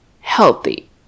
healthy